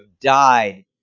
died